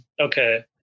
Okay